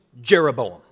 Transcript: Jeroboam